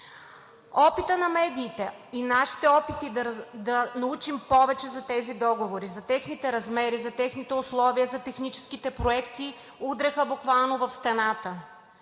Опитът на медиите и нашите опити да научим повече за тези договори, за техните размери, за техните условия, за техническите проекти удряха буквално в стената